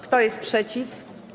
Kto jest przeciw?